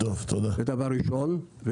זה דבר ראשון -- תודה.